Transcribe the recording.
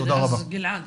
גלעד,